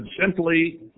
simply